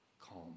calm